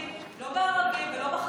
לא בבדואים, לא בדרוזים, לא בערבים ולא בחרדים.